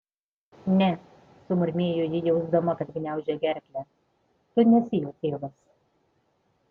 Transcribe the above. ne sumurmėjo ji jausdama kad gniaužia gerklę tu nesi jo tėvas